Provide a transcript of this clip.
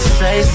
say